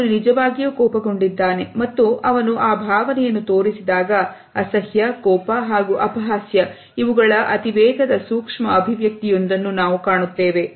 ಅವನು ನಿಜವಾಗಿಯೂ ಕೋಪಗೊಂಡಿದ್ದಾರೆ ಮತ್ತು ಅವನು ಆ ಭಾವನೆಯನ್ನು ತೋರಿಸಿದಾಗ ಅಸಹ್ಯ ಕೋಪ ಹಾಗೂ ಅಪಹಾಸ್ಯ ಇವುಗಳ ಅತಿವೇಗದ ಸೂಕ್ಷ್ಮ ಅಭಿವ್ಯಕ್ತಿಯನ್ನು ನಾವು ಕಾಣುತ್ತೇವೆ